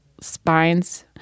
spines